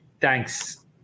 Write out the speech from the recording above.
thanks